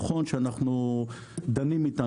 נכון שאנחנו דנים איתם,